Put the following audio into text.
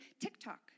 tiktok